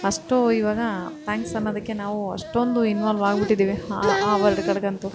ಅಷ್ಟು ಇವಾಗ ತ್ಯಾಂಕ್ಸ್ ಅನ್ನೊದಕ್ಕೆ ನಾವು ಅಷ್ಟೊಂದು ಇನ್ವಾಲ್ವ್ ಆಗಿಬಿಟ್ಟಿದ್ದೀವಿ ಆ ಆ ವರ್ಡ್ಗಳಿಗಂತೂ